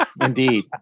Indeed